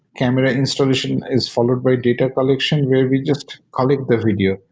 camera installation is followed by data collection, where we just collect the video.